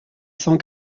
cent